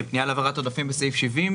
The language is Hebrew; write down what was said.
פנייה להעברת עודפים בסעיף 70,